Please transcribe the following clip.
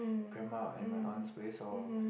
grandma and my aunt's place or